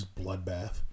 bloodbath